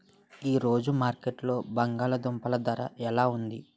ఈ రోజు మార్కెట్లో బంగాళ దుంపలు ధర ఎలా ఉంది?